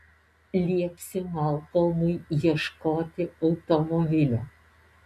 liepsiu malkolmui ieškoti automobilio